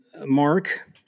Mark